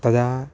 तदा